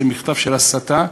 זה מכתב של הסתה,